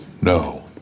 No